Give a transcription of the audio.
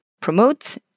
promote